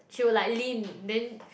she will like Lynn then